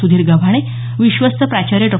सुधीर गव्हाणे विश्वस्त प्राचार्य डॉ